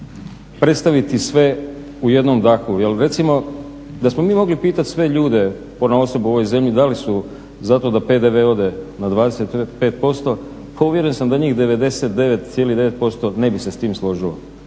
Hvala i vama.